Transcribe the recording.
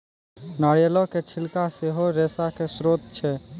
नारियलो के छिलका सेहो रेशा के स्त्रोत छै